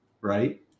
Right